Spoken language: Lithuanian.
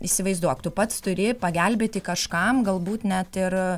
įsivaizduok tu pats turi pagelbėti kažkam galbūt net ir